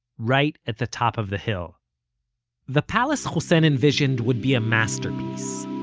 right at the top of the hill the palace hussein envisioned would be a masterpiece.